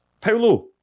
paulo